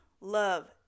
love